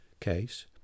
case